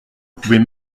pouvait